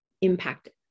impacted